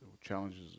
challenges